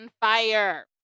fire